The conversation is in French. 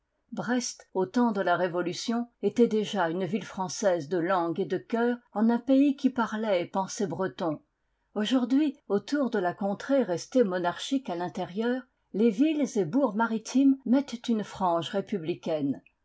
brest au temps de la révolution était déjà une ville française de langue et de cœur en un pays qui parlait et pensait breton aujourd'hui autour de la contrée restée monarchique à l'intérieur les villes et bourgs maritimes mettent une frange républicaine